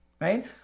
right